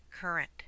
current